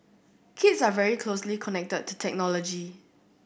kids are very closely connected to technology